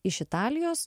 iš italijos